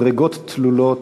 מדרגות תלולות,